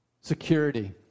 Security